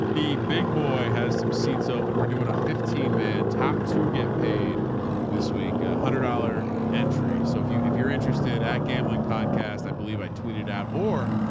the big boy has some seats open. we're doing a fifteen man top to get paid this week, a hundred dollar entry. so if you, if you're interested at gambling podcast, i believe i tweeted out or,